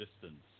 distance